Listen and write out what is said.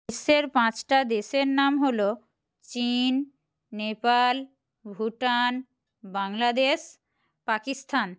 বিশ্বের পাঁচটা দেশের নাম হলো চীন নেপাল ভুটান বাংলাদেশ পাকিস্থান